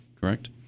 correct